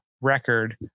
record